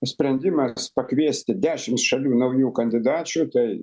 sprendimas pakviesti dešim šalių naujų kandidačių tai